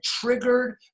triggered